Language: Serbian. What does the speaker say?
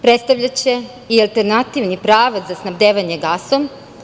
Predstavljaće i alternativni pravac za snabdevanje gasom.